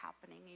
happening